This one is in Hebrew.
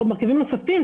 ואולי נוספים,